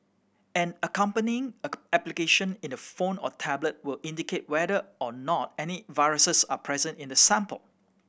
an accompanying application in the phone or tablet will indicate whether or not any viruses are present in the sample